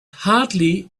hardly